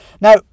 Now